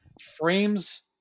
frames